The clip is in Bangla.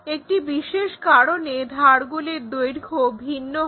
একটি বিশেষ কারণে ধারগুলির দৈর্ঘ্য ভিন্ন হয়